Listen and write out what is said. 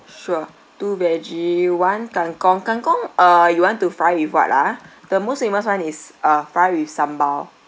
sure two veggie one kangkung kangkung uh you want to fry with what ah the most famous [one] is uh fry with sambal